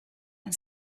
and